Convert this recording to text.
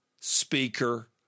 speaker